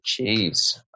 Jeez